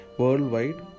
worldwide